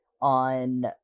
on